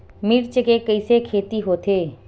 मिर्च के कइसे खेती होथे?